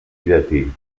llatí